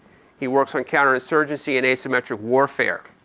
he works on counterinsurgency and asymmetric warfare.